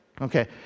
Okay